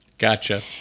Gotcha